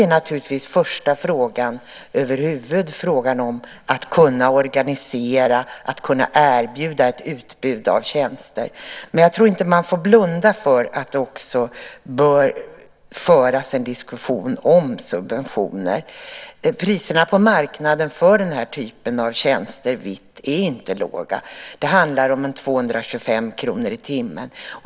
Den första frågan handlar naturligtvis om att organisera och erbjuda ett utbud av tjänster. Men jag tror inte att man får blunda för att det också bör föras en diskussion om subventioner. Priserna för de här tjänsterna är inte låga på den vita marknaden. Det handlar om ca 225 kr i timmen.